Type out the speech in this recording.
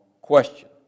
question